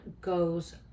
goes